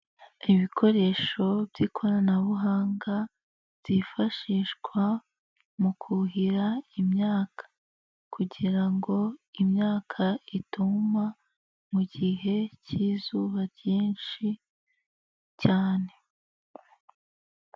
Ibikoresho by'ikoranabuhanga byifashishwa mu kuhira imyaka kugira ngo imyaka ituma mu gihe cy'izuba ryinshi cyane.